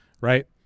right